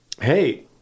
Hey